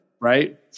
Right